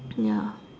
ya